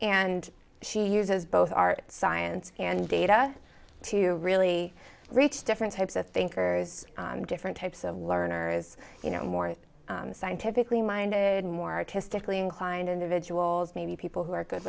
and she uses both art science and data to really reach different types of thinkers different types of learners you know more scientifically minded more artistically inclined individuals maybe people who are good